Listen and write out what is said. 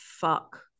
fuck